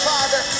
Father